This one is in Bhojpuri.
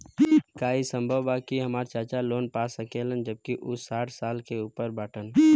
का ई संभव बा कि हमार चाचा लोन पा सकेला जबकि उ साठ साल से ऊपर बाटन?